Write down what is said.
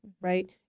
right